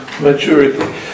maturity